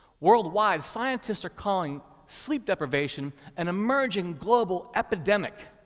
worldwide, scientists are calling sleep deprivation an emerging global epidemic,